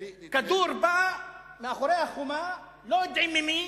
כדור בא מאחורי החומה ולא יודעים ממי,